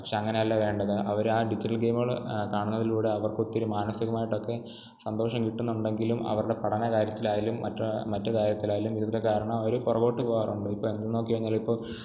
പക്ഷേ അങ്ങനെയല്ല വേണ്ടത് അവരാ ഡിജിറ്റൽ ഗെയിമുകൾ കാണുന്നതിലൂടെ അവർക്കൊത്തിരി മാനസ്സികമായിട്ടൊക്കെ സന്തോഷം കിട്ടുന്നുണ്ടെങ്കിലും അവരുടെ പഠനകാര്യത്തിലായാലും മറ്റൊരു മറ്റുകാര്യത്തിലായാലും ഇതിന്റെ കാരണം അവർ പുറകോട്ടു പോകാറുണ്ട് ഇപ്പം നോക്കിക്കഴിഞ്ഞാൽ ഇപ്പം